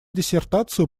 диссертацию